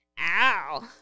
Ow